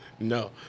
No